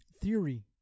theory